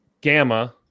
Gamma